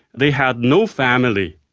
they had no family,